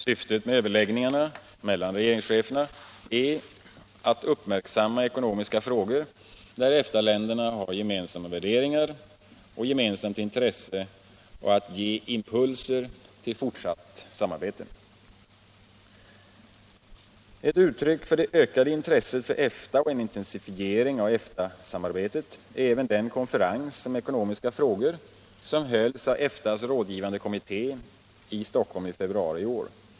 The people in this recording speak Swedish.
Syftet med överläggningarna mellan regeringscheferna är att uppmärksamma ekonomiska frågor där EFTA-länderna har gemensamma värderingar och gemensamt intresse och att ge impulser till fortsatt samarbete. Ett uttryck för det ökade intresset för EFTA och en intensifiering av EFTA-samarbetet är även den konferens om ekonomiska frågor som hölls av EFTA:s rådgivande kommitté i Stockholm i februari i år.